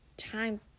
time